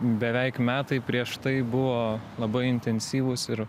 beveik metai prieš tai buvo labai intensyvūs ir